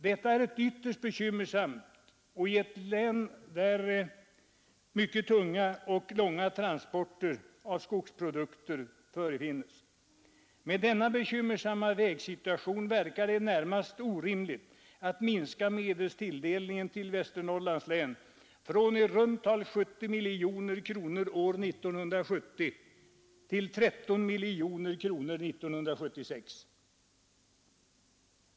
Detta är ytterst bekymmersamt i ett län med mycket tunga och långa transporter, främst från skogsindustrin. Med tanke på denna bekymmersamma vägsituation verkar det närmast orimligt att minska medelstilldelningen till Västernorrlands län från i runt tal 70 miljoner kronor år 1970 till 13 miljoner kronor år 1976.